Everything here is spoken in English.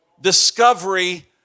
Discovery